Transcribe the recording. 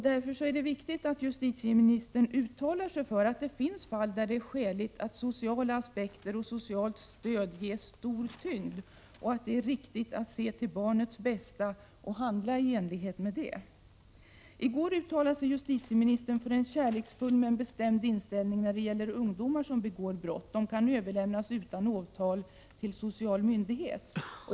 Därför är det viktigt att justitieministern uttalar sig för att det finns fall där det är skäligt att sociala aspekter och socialt stöd ges stor tyngd och att det är riktigt att se till barnets bästa och handla i enlighet med detta. I går uttalade sig justitieministern till förmån för en kärleksfull men bestämd inställning i fråga om ungdomar som begår brott: de kan överlämnas utan åtal till social myndighet.